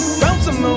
bouncing